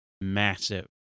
massive